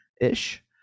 ish